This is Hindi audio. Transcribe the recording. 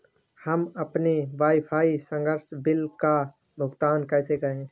हम अपने वाईफाई संसर्ग बिल का भुगतान कैसे करें?